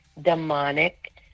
demonic